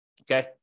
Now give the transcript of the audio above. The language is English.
Okay